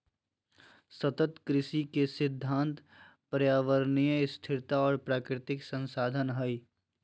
सतत कृषि के सिद्धांत पर्यावरणीय स्थिरता और प्राकृतिक संसाधन हइ